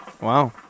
Wow